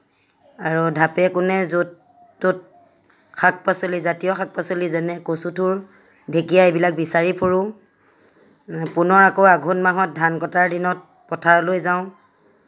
আৰু ঢাপে কোণে য'ত ত'ত শাক পাচলি জাতীয় শাক পাচলি যেনে কচু থুৰ ঢেকীয়া এইবিলাক বিচাৰি ফুৰোঁ পুনৰ আকৌ আঘোণ মাহত ধান কটাৰ সময়ত পথাৰলৈ যাওঁ